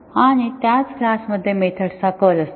आणि त्याच क्लास मध्ये मेथड्सचा कल असतो